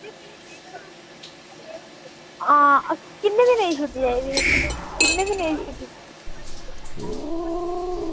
हां किन्ने दिनें दी छुट्टी चाहिदी